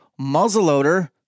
muzzleloader